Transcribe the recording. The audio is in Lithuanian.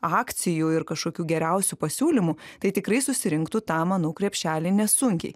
akcijų ir kažkokių geriausių pasiūlymų tai tikrai susirinktų tą manau krepšelį nesunkiai